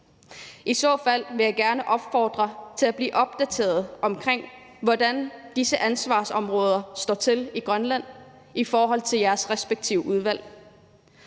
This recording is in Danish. I så fald vil jeg gerne opfordre til, at I bliver opdateret om, hvordan det står til med disse ansvarsområder i Grønland i forhold til jeres respektive udvalg.